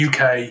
uk